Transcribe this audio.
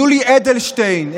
יולי אדלשטיין,